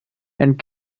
and